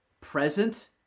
present